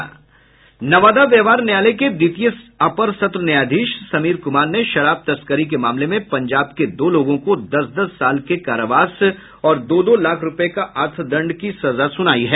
नवादा व्यावहार न्यायालय के द्वितीय अपर सत्र न्यायाधीश समीर कुमार ने शराब तस्करी के मामले में पंजाब के दो लोगों को दस दस साल के कारावास और दो दो लाख रूपये का अर्थदंड सजा सुनाई है